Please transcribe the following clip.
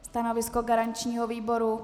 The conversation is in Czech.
Stanovisko garančního výboru?